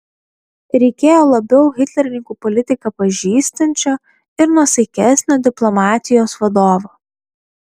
reikėjo labiau hitlerininkų politiką pažįstančio ir nuosaikesnio diplomatijos vadovo